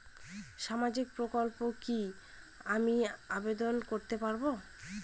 সামাজিক প্রকল্পে কি আমি আবেদন করতে পারবো?